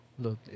Look